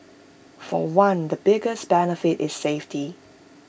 for one the biggest benefit is safety